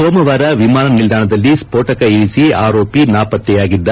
ಸೋಮವಾರ ವಿಮಾನ ನಿಲ್ಲಾಣದಲ್ಲಿ ಸ್ತೋಟಕ ಇರಿಸಿ ಆರೋಪಿ ನಾಪತ್ತೆಯಾಗಿದ್ದ